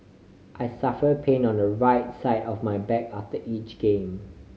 I suffer pain on the right side of my back after each game